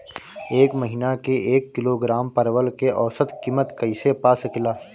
एक महिना के एक किलोग्राम परवल के औसत किमत कइसे पा सकिला?